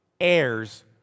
heirs